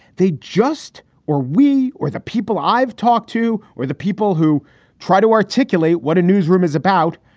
they just or we or the people i've talked to or the people who try to articulate what a newsroom is about.